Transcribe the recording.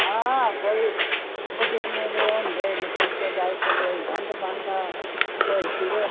हां कोई ओह् सौ किस्मे दे होंदे निक्के निक्के जागत कोई गंद पांदा कोई छिडे़ दा